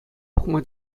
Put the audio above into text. пӑхма